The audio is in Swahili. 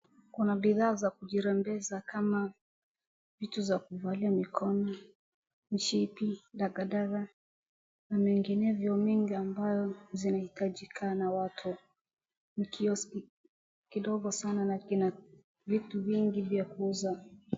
Kuna bidhaa za kujirembesha kama vitu za kuvalia mikono, mishipi, dagadaga na menginevyo mengi ambayo zinahitajika na wake. Ni kioski kidogo sana na kina vitu vingi vya kuuza.